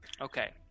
Okay